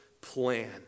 plan